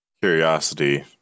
curiosity